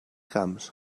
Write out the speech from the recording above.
camps